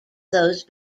those